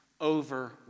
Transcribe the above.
over